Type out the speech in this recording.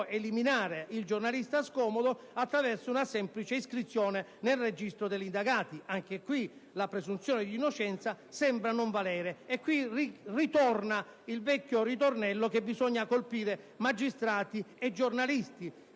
eliminare il giornalista scomodo attraverso una semplice iscrizione nel registro degli indagati, e anche qui la presunzione di innocenza sembra non valere. Ritorna anche in questo caso il vecchio ritornello che bisogna colpire magistrati e giornalisti: